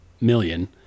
million